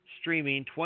streaming